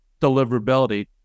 deliverability